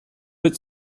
its